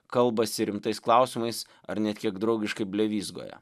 kalbasi rimtais klausimais ar net kiek draugiškai blevyzgoja